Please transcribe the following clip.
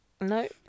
No